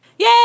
Yay